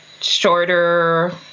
shorter